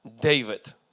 David